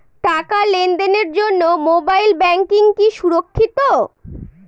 টাকা লেনদেনের জন্য মোবাইল ব্যাঙ্কিং কি সুরক্ষিত?